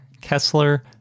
Kessler